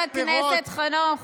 חבר הכנסת חנוך.